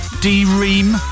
D-Ream